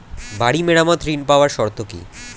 বাড়ি মেরামত ঋন পাবার শর্ত কি?